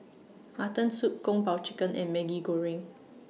Mutton Soup Kung Po Chicken and Maggi Goreng